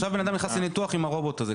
עכשיו בן אדם נכנס לניתוח עם הרובוט הזה.